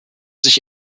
sich